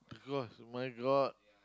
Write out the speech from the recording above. cause my-God